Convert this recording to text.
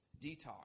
detox